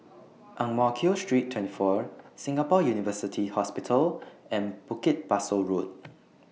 Ang Mo Kio Street twenty four National University Hospital and Bukit Pasoh Road